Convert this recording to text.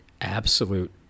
absolute